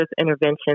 intervention